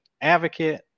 advocate